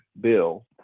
bill